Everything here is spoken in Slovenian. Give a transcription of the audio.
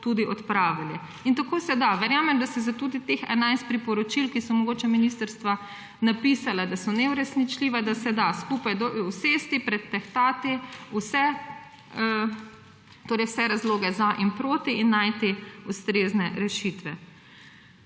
tudi odpravili. In tako se da. Zato verjamem, da se tudi pri teh 11 priporočilih, o katerih so mogoče ministrstva napisala, da so neuresničljiva, da skupaj usesti in pretehtati vse razloge za in proti in najti ustrezne rešitve.